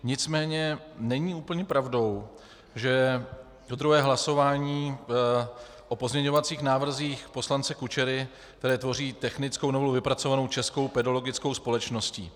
Nicméně není úplně pravdou, že druhé hlasování je o pozměňovacích návrzích poslance Kučery, které tvoří technickou novelu vypracovanou Českou pedologickou společností.